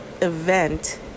event